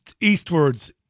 eastwards